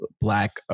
Black